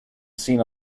seen